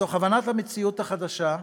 מתוך הבנת המציאות החדשה,